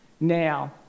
Now